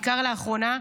בעיקר לאחרונה.